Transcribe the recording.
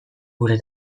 gure